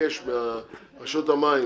אגיד